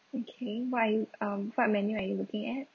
okay what are you um what menu are you looking at